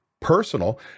personal